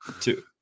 Two